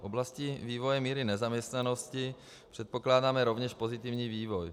V oblasti vývoje míry nezaměstnanosti předpokládáme rovněž pozitivní vývoj.